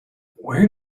where